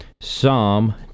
Psalm